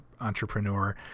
entrepreneur